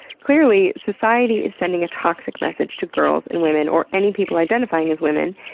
clearly, society is sending a toxic message to girls and women or any people identifying as women,